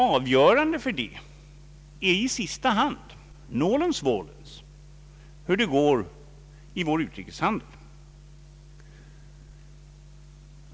Avgörande för detta är i sista hand, nolens volens, hur det går i vår utrikeshandel.